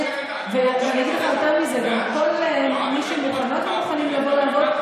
ואני אגיד לך יותר מזה: כל מי שמוכנות ומוכנים לעבוד,